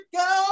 go